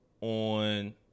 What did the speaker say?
on